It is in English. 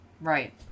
Right